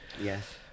Yes